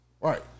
Right